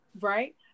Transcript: Right